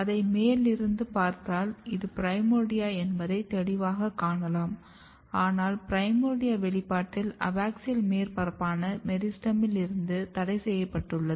அதை மேல் இருந்து பார்த்தால் இது பிரைமோர்டியா என்பதை தெளிவாகக் காணலாம் ஆனால் பிரைமோர்டியா வெளிப்பாட்டில் அபாக்சியல் மேற்பரப்பான மெரிஸ்டெமில் இருந்து தடைசெய்யப்பட்டுள்ளது